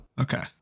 Okay